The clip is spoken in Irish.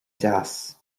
deas